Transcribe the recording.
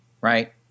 right